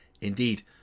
indeed